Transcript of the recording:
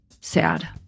Sad